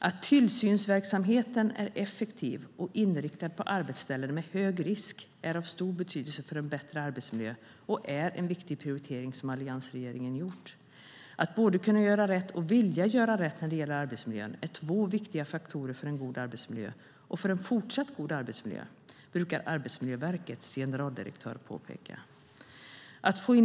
Att tillsynsverksamheten är effektiv och inriktad på arbetsställen med hög risk är av stor betydelse för en bättre arbetsmiljö och är en viktig prioritering som alliansregeringen gjort. Att göra rätt och att vilja göra rätt när det gäller arbetsmiljön är två viktiga faktorer för en god arbetsmiljö och för en fortsatt god arbetsmiljö. Det brukar Arbetsmiljöverkets generaldirektör påpeka.